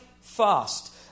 fast